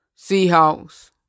Seahawks